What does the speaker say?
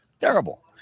Terrible